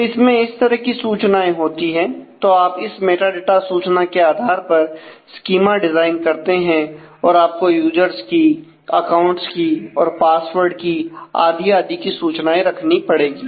तो इसमें इस तरह की सूचनाएं होती है तो आप इस मेटाडाटा सूचना के आधार पर स्कीमा डिजाइन करते हैं और आपको यूजर्स की अकाउंट्स की और पासवर्ड की आदि आदि की सूचना रखनी पड़ेगी